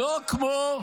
תגיד,